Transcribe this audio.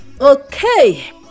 Okay